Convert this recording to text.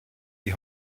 die